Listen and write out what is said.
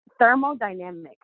thermodynamic